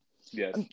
Yes